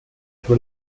sobre